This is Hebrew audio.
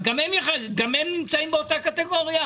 אז גם הם נמצאים באותה קטגוריה?